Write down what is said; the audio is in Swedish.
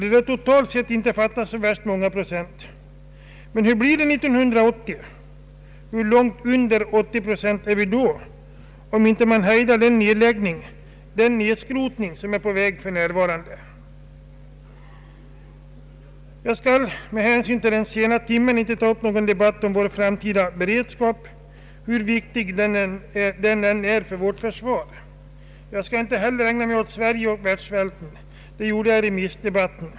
Det lär totalt sett inte fattas så värst många procent. Men hur blir det 1980? Hur långt under 80 procent är vi då, om man inte hejdar den nedläggning, den nedskrotning, som är på väg att ske för närvarande. Jag skall med hänsyn till den sena timmen inte ta upp någon debatt om vår framtida försörjningsberedskap, hur viktig den än är för vårt försvar. Jag skall inte heller ägna mig åt Sverige och åt världssvälten — det gjorde jag i remissdebatten.